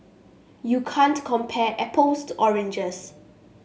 you can't compare apples to oranges